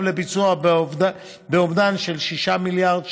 לביצוע באומדן של 6 מיליארד שקלים.